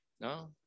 no